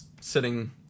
sitting